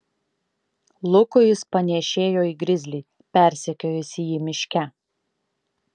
lukui jis panėšėjo į grizlį persekiojusį jį miške